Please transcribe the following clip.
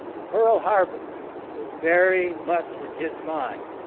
pearl harbor was very much in his mind.